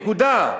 נקודה.